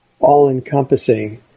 all-encompassing